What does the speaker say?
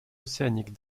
océanique